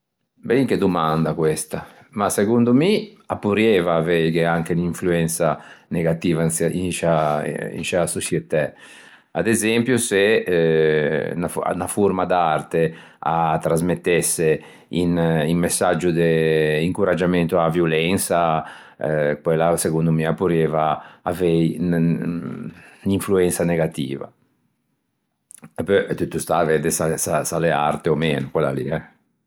Bellin che domanda questa! Ma segondo mi a porrieiva anche aveighe unn'influensa negativa in sciâ soçietæ. À esempio se unna forma d'arte a trasmettesse un messaggio de incoraggiamento a-a violensa, quella segondo mi a porrieiva avei unn'influensa negativa. Dapeu tutto stà à vedde s'a l'é arte ò meno quella lì eh.